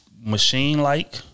machine-like